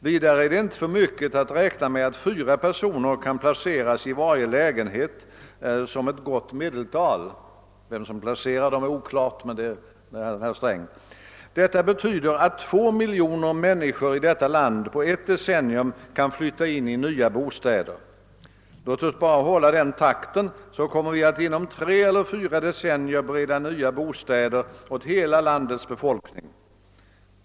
Vidare är det inte för mycket att räkna med att fyra personer kan placeras i varje lägenhet som ett gott medeltal» — vem som placerar dem är oklart — »Detta betyder, att två miljoner människor i detta land på ett decennium kan flytta in i nya bostäder. Låt oss bara hålla den takten, så kommer vi att inom tre eller fyra decennier bereda nya bostäder åt hela landets befolkning.